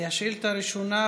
השאילתה הראשונה,